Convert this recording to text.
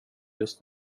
just